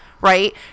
right